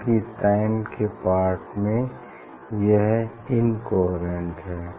क्यूंकि टाइम के पार्ट में यह इनकोहेरेंट है